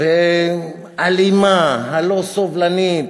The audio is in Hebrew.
אלימה, לא סובלנית.